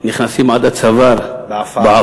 היו נכנסים עד הצוואר בעפר,